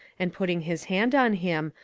and putting his hand on him,